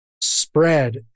spread